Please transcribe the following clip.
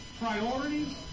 priorities